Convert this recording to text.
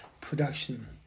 production